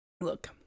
Look